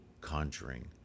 conjuring